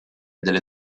delle